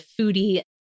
foodie